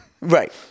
right